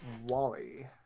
Wally